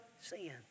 sin